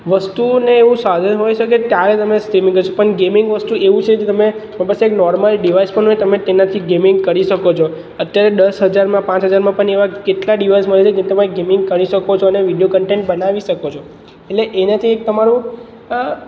વસ્તુને ને એવું સાધન હોય છે કે ત્યારે તમે સ્ટ્રીમિંગ કરશો પણ ગેમિંગ વસ્તુ એવું છે કે તમે તમારી પાસે બસ એક નોર્મલ ડિવાઇસ પણ હોય તમે તેનાથી ગેમિંગ કરી શકો છો અત્યારે દસ હજારમાં પાંચ હજારમાં પણ એવા કેટલાં ડિવાઇસ મળે છે જે તમે ગેમિંગ કરી શકો છો અને વિડીયો કન્ટેન્ટ બનાવી શકો છો એટલે એનાથી એક તમારું